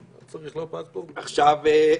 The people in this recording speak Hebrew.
לא צריך לא פספורט ולא ויזה.